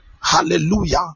Hallelujah